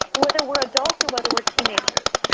whether we're adults or whether we're teenagers.